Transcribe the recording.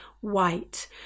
white